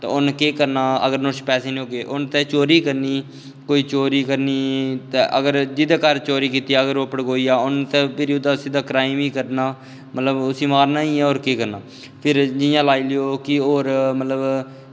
ते उन्न केह् करना अगर नोहाड़ै शा पैसे निं होगे उन्न ते चोरी ऐ करनी कोई चोरी करनी ते जेह्दै घर चोरी कीती अगर ओह् पड़कोई तां उन्न तां क्राईम गै करना मतलब उस्सी मारना गै ऐ होर केह् करना फिर इ'यां लाई लैओ कि होर